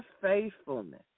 faithfulness